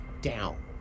down